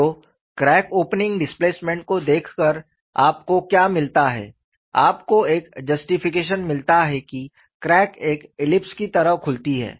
तो crack opening displacement को देखकर आपको क्या मिलता है आपको एक जस्टिफिकेशन मिलता है कि क्रैक एक ईलिप्स की तरह खुलती है